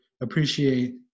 appreciate